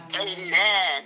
Amen